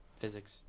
Physics